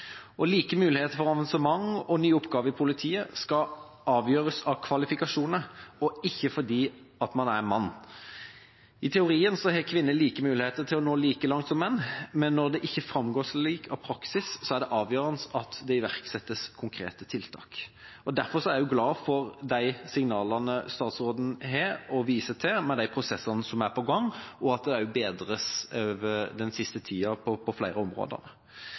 Muligheter for avansement og nye oppgaver i politiet skal avgjøres av kvalifikasjoner, og ikke av at man er mann. I teorien har kvinner muligheter til å nå like langt som menn, men når det ikke framgår slik av praksis, er det avgjørende at det iverksettes konkrete tiltak. Derfor er jeg glad for de signalene statsråden gir, at han viser til de prosessene som er på gang, og at det den siste tida også har blitt bedre på flere